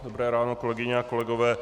Dobré ráno, kolegyně a kolegové.